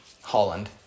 Holland